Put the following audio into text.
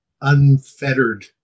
unfettered